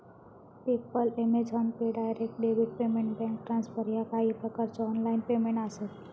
PayPal, Amazon Pay, direct debit payment, bank transfer ह्या काही प्रकारचो ऑनलाइन पेमेंट आसत